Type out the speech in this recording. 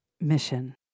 mission